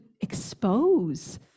expose